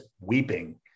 weeping